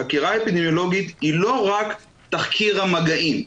החקירה האפידמיולוגית היא לא רק תחקיר המגעים.